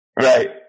Right